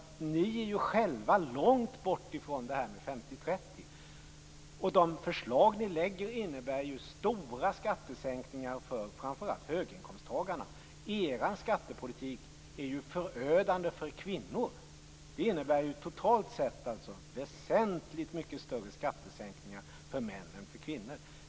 Ni är själva långt borta från 50/30. De förslag ni lägger fram innebär stora skattesänkningar för framför allt höginkomsttagarna. Er skattepolitik är förödande för kvinnor. Den innebär totalt sett väsentligt mycket större skattesänkningar för män än för kvinnor.